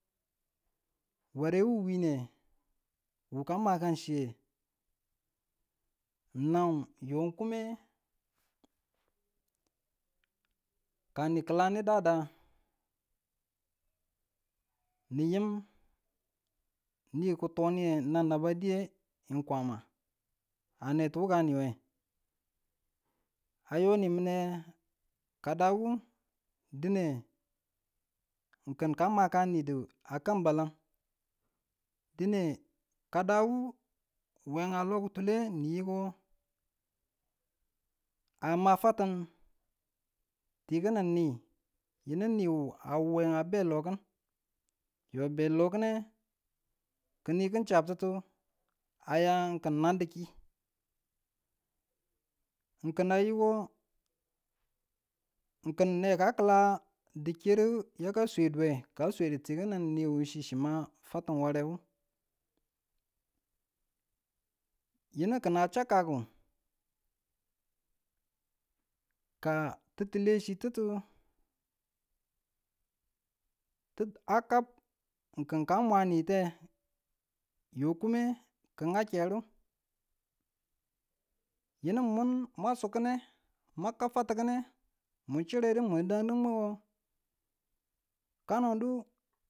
Ware wu wiine wu kamakan chiye n nan yong kumme, kan ni kila ni dada niyim ni ki to niye nanba niye n kwama ane tu wuka niwe ayo nimine kadawu dine kin kamani du akan balang dine kadawu we a lol kitulewu ni yiko ama fatun ti kinin ni yinu niwu a wuwe a be lo ki̱n yo be lokinekini kin chabtutu a kin nan di ki kina yiko kin ne kila dikiru ka sweduwe ka swedu kini ni chi- chima fatun warewu, yina kina chakkuku, ka titile chi tutu ti a kab kin ka mwani te yo kumme kin ngak keru yunu mun mwa suuk kine mwa kab fatu kine mu churedu mudang du muko kano du